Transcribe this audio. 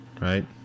right